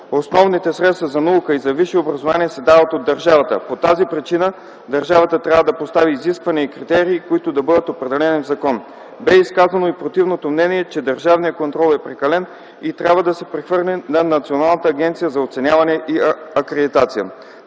основните средства за наука и за висше образование се дават от държавата. По тази причина държавата трябва да постави изисквания и критерии, които да бъдат определени в закона. Бе изказано и противното мнение, че държавният контрол е прекален и трябва да се прехвърли на Националната агенция за оценяване и акредитация.